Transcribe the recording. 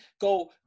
Go